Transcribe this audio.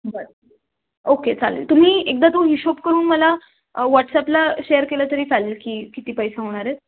बरं ओके चालेल तुम्ही एकदा तो हिशोब करून मला व्हॉट्सअपला शेअर केलं तरी चालेल की किती पैसा होणार आहेत